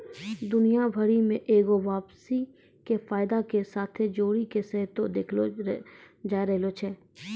दुनिया भरि मे एगो वापसी के फायदा के साथे जोड़ि के सेहो देखलो जाय रहलो छै